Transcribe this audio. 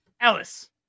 Alice